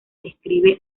describe